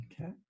Okay